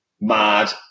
mad